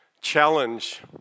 challenge